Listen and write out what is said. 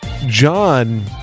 John